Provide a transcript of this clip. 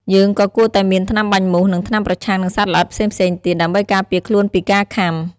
យើងក៏គួរតែមាន ថ្នាំបាញ់មូស និងថ្នាំប្រឆាំងនឹងសត្វល្អិតផ្សេងៗទៀត ដើម្បីការពារខ្លួនពីការខាំ។